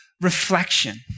reflection